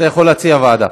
אתה יכול להציע ועדה.